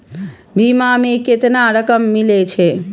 बीमा में केतना रकम मिले छै?